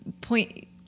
point